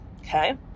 okay